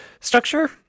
structure